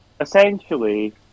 essentially